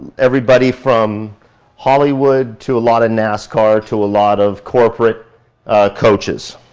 everybody from hollywood to a lot of nascar to a lot of corporate coaches.